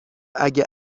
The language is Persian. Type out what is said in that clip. اگه